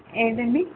ఏంటండి